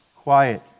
quiet